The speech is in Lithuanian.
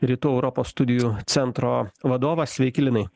rytų europos studijų centro vadovas sveiki linai